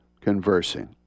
conversing